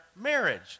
marriage